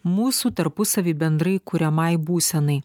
mūsų tarpusavy bendrai kuriamai būsenai